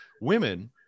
women